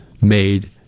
made